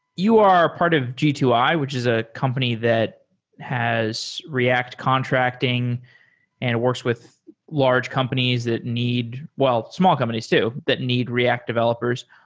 you are a part of g two i, which is a company that has react contracting and works with large companies that need well, small companies too, that need react developers.